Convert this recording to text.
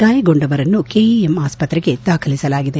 ಗಾಯಗೊಂಡವರನ್ನು ಕೆಇಎಂ ಆಸ್ತತ್ರೆಗೆ ದಾಖಲು ಮಾಡಲಾಗಿದೆ